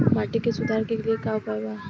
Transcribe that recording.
माटी के सुधार के लिए का उपाय बा?